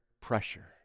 pressure